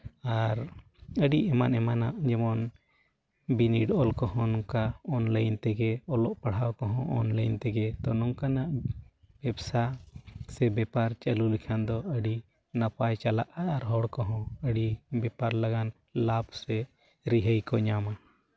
ᱟᱨ ᱟᱹᱰᱤ ᱮᱢᱟᱱ ᱮᱢᱟᱱᱟᱜ ᱡᱮᱢᱚᱱ ᱵᱤᱱᱤᱰ ᱚᱞ ᱠᱚᱦᱚᱸ ᱚᱱᱠᱟ ᱚᱱᱞᱟᱭᱤᱱ ᱛᱮᱜᱮ ᱚᱞᱚᱜ ᱯᱟᱲᱦᱟᱣ ᱠᱚᱦᱚᱸ ᱚᱱᱞᱟᱭᱤᱱ ᱛᱮᱜᱮ ᱛᱳ ᱱᱚᱝᱠᱟᱱᱟᱜ ᱵᱮᱵᱽᱥᱟ ᱥᱮ ᱵᱮᱯᱟᱨ ᱪᱟᱹᱞᱩ ᱞᱮᱠᱷᱟᱱ ᱫᱚ ᱟᱹᱰᱤ ᱱᱟᱯᱟᱭ ᱪᱟᱞᱟᱜᱼᱟ ᱟᱨ ᱦᱚᱲ ᱠᱚᱦᱚᱸ ᱟᱹᱰᱤ ᱵᱮᱯᱟᱨ ᱞᱟᱜᱟᱫ ᱞᱟᱵᱷ ᱥᱮ ᱨᱤᱦᱟᱹᱭ ᱠᱚ ᱧᱟᱢᱟ